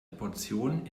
portion